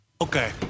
Okay